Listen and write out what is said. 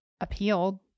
appealed